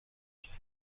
کرد